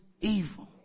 evil